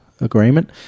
agreement